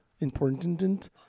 important